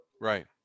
Right